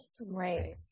Right